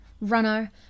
runner